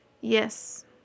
Yes